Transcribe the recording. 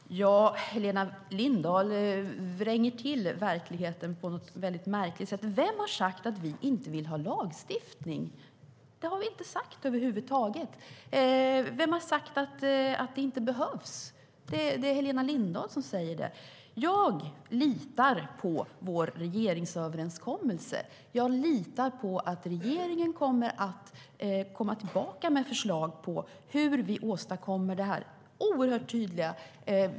Herr ålderspresident! Helena Lindahl vränger till verkligheten på ett något märkligt sätt. Vem har sagt att vi inte vill ha lagstiftning? Det har vi inte över huvud taget sagt. Vem har sagt att det inte behövs? Det är Helena Lindahl som säger det. Jag litar på vår regeringsöverenskommelse. Jag litar på att regeringen kommer att komma tillbaka med förslag på hur vi ska åstadkomma detta oerhört tydliga.